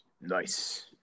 Nice